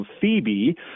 Phoebe